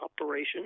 operation